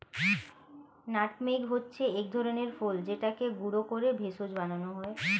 nutmeg হচ্ছে এক ধরনের ফল যেটাকে গুঁড়ো করে ভেষজ বানানো হয়